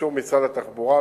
באישור משרד התחבורה,